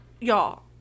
y'all